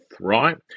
right